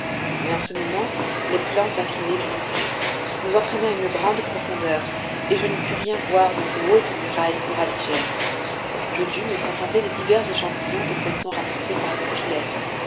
mais en ce moment les plans inclinés du nautilus nous entraînaient à une grande profondeur et je ne pus rien voir de ces hautes murailles coralligènes je dus me contenter des divers échantillons de poissons rapportés par nos filets